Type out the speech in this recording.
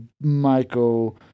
Michael